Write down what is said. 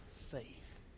faith